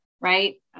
right